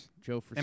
Joe